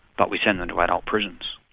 but we send them to adult prisons.